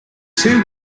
two